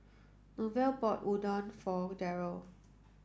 Norval bought Udon for Darrel